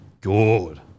good